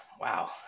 wow